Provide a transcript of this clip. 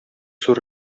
зур